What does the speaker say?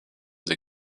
sie